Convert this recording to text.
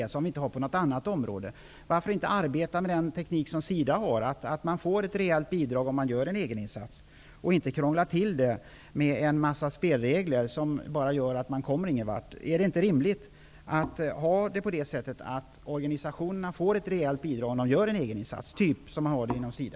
Den byråkratin finns inte på något annat område. Varför inte arbeta med den teknik som SIDA använder, nämligen att ge ett ordentligt bidrag om en egeninsats görs i stället för att krångla till med en mängd spelregler som gör att man inte kommer någon vart? Är det inte rimligt att organisationerna får ett rejält bidrag om de gör en egeninsats, som t.ex. inom SIDA?